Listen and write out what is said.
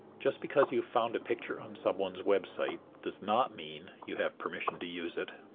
just because you found a picture on someone's website does not mean you have permission to use it.